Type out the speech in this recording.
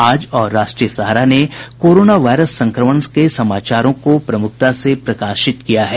आज और राष्ट्रीय सहारा ने कोरोना वायरस संक्रमण के समाचारों को प्रमुखता से प्रकाशित किया है